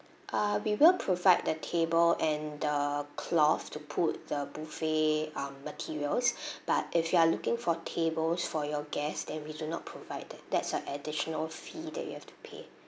uh we will provide the table and the cloth to put the buffet um materials but if you are looking for tables for your guests than we do not provide that that's a additional fee that you have to pay